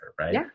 right